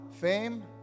Fame